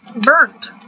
burnt